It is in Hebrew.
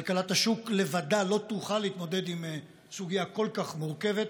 כלכלת השוק לבדה לא תוכל להתמודד עם סוגיה כל כך מורכבת.